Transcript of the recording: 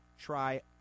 try